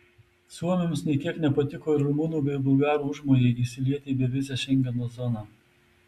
suomiams nė kiek nepatiko ir rumunų bei bulgarų užmojai įsilieti į bevizę šengeno zoną